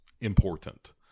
important